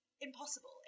impossible